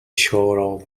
shore